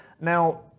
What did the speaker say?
Now